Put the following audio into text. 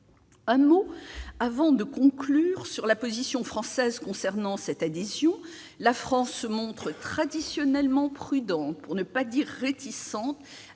un mot de la position française quant à cette adhésion. La France se montre traditionnellement prudente, pour ne pas dire réticente,